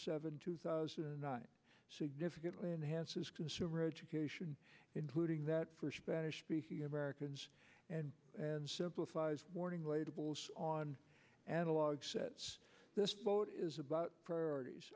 seventh two thousand significantly enhances consumer education including that for spanish speaking americans and and simplifies warning labels on analog sets this boat is about priorities